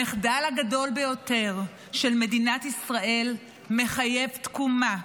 המחדל הגדול ביותר של מדינת ישראל מחייב תקומה.